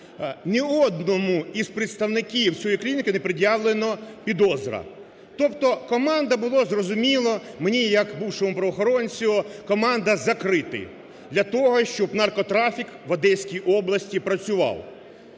ні одному із представників цієї клініки не пред'явлено підозру, тобто, команда, було зрозуміло мені як бувшому правоохоронцю, команда закрити для того, щоб наркотрафік в Одеській області працював.